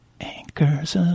Anchors